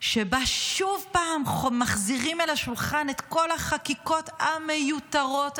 שבה שוב מחזירים אל השולחן את כל החקיקות המיותרות,